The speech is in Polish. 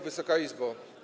Wysoka Izbo!